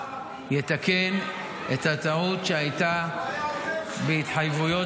שיתקן את הטעות שהייתה בהתחייבויות